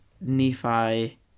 nephi